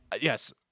Yes